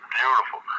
beautiful